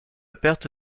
perte